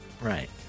Right